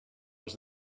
was